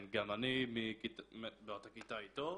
גם אני באותה כיתה איתו.